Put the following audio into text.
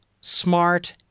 smart